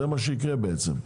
זה מה שיקרה בעצם.